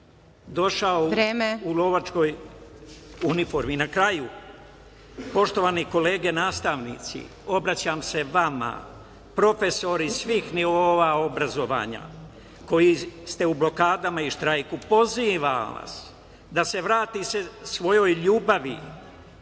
došao u lovačkoj uniformi.(Predsedavajuća: Vreme.)Na kraju, poštovane kolege nastavnici, obraćam se vama, profesori svih nivoa obrazovanja, koji ste u blokadama i u štrajku, pozivam vas da se vratite svojoj ljubavi,